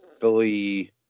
Philly